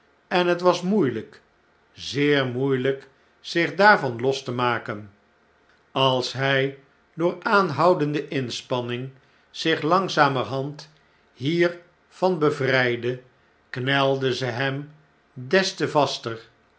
en het was moeielijk zeer moeieljjk zich daarvan los te maken als hjj door aanhoudende inspanning zich langzamerhand hier er van bevrjjdde knelden ze hem des te vaster